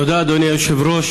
תודה, אדוני היושב-ראש,